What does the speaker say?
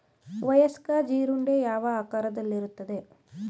ವಯಸ್ಕ ಜೀರುಂಡೆ ಯಾವ ಆಕಾರದಲ್ಲಿರುತ್ತದೆ?